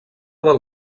del